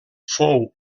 fou